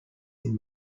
die